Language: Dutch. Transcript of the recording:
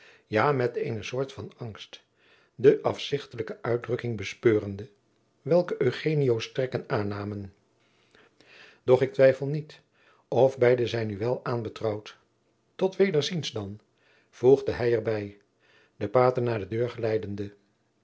ja met eene soort van angst de afzichtelijke uitdrukking bespeurende welke eugenioos trekken aannamen doch ik twijfel niet of beide zijn u wel aan betrouwd tot wederziens dan voegde hij er bij den pater naar de deur geleidende